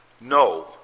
No